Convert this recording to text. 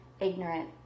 ignorant